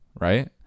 right